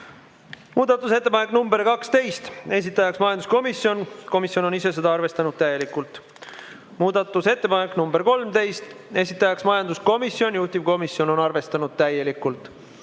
toetust. Muudatusettepanek nr 12, esitaja on majanduskomisjon, komisjon on ise seda arvestanud täielikult. Muudatusettepanek nr 13, esitaja majanduskomisjon, juhtivkomisjon on arvestanud täielikult.